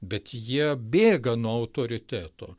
bet jie bėga nuo autoriteto